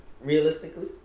realistically